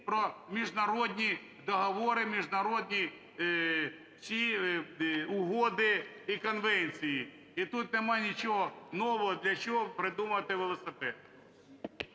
про міжнародні договори, міжнародні ці угоди і конвенції. І тут немає нічого нового, для чого придумувати велосипед?